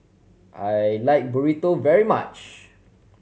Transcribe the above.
I like Burrito very much